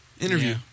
Interview